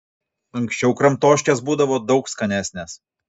anksčiau kramtoškės būdavo daug skanesnės